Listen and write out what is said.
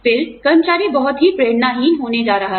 फिर कर्मचारी बहुत ही प्रेरणाहीन होने जा रहा है